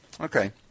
Okay